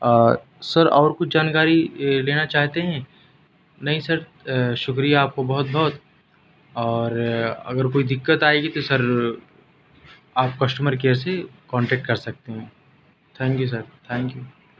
سر اور کچھ جانکاری لینا چاہتے ہیں نہیں سر شکریہ آپ کو بہت بہت اور اگر کوئی دقت آئے گی تو سر آپ کسٹمر کیئر سے کانٹیکٹ کر سکتے ہیں thank you sir thank you